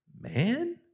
man